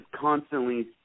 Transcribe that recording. constantly